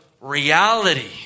reality